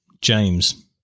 James